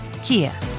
Kia